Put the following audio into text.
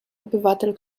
obywatel